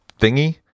thingy